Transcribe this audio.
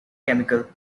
chemical